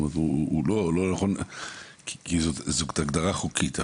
הוא לא לא-נכון כי זאת הגדרה חוקית.